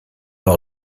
all